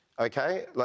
Okay